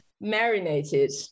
marinated